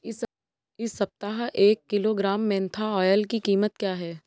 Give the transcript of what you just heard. इस सप्ताह एक किलोग्राम मेन्था ऑइल की कीमत क्या है?